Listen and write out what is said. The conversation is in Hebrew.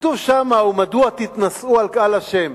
כתוב שם: "ומדוע תתנשאו על קהל ה'",